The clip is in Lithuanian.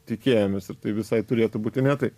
tikėjomės ir tai visai turėtų būti ne taip